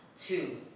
two